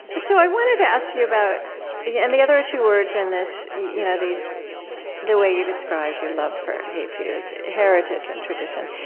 so i wanted to ask you about yeah and the other two words in this, you know the the way you described your love for haiti, was heritage and tradition.